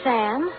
Sam